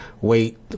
wait